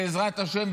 בעזרת השם,